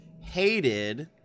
hated